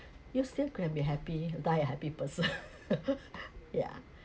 you still can to be happy die a happy person yeah